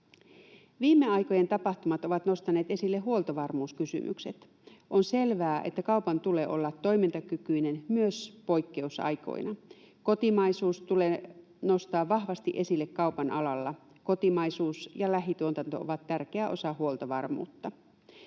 Viime aikojen tapahtumat ovat nostaneet esille huoltovarmuuskysymykset. On selvää, että kaupan tulee olla toimintakykyinen myös poikkeusaikoina. Kotimaisuus tulee nostaa vahvasti esille kaupan alalla. Kotimaisuus ja lähituotanto ovat tärkeä osa huoltovarmuutta.